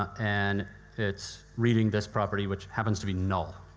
and it's reading this property which happens to be null.